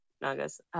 Naga's